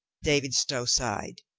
david stow sighed.